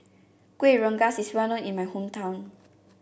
Kuih Rengas is well known in my hometown